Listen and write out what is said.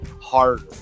harder